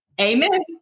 Amen